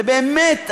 זה באמת,